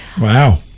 wow